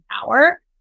power